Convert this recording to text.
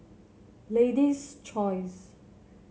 Lady's Choice